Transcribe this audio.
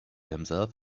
himself